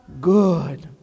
good